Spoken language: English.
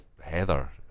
heather